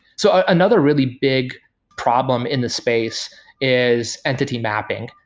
so ah another really big problem in the space is entity mapping.